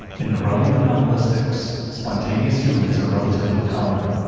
in the realm of anomalistics, spontaneous healings are relatively common,